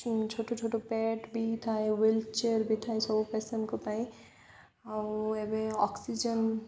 ଛୋଟ ଛୋଟ ବେଡ଼ ବି ଥାଏ ହ୍ୱିଲଚେୟାର ବି ଥାଏ ସବୁ ପେସେଣ୍ଟଙ୍କ ପାଇଁ ଆଉ ଏବେ ଅକ୍ସିଜେନ୍